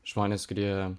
žmonės kurie